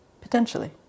Potentially